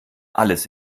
alles